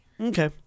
okay